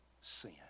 sin